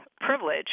privilege